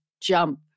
jump